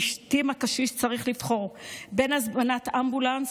לעיתים הקשיש צריך לבחור בין הזמנת אמבולנס